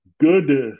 good